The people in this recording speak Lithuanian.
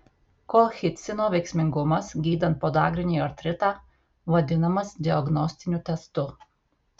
kolchicino veiksmingumas gydant podagrinį artritą vadinamas diagnostiniu testu